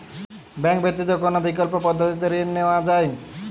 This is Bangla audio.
ব্যাঙ্ক ব্যতিত কোন বিকল্প পদ্ধতিতে ঋণ নেওয়া যায়?